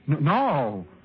No